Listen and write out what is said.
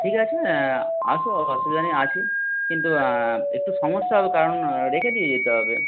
ঠিক আছে এসো অসুবিধা নেই আছি কিন্তু একটু সমস্যা হবে কারণ রেখে দিয়ে যেতে হবে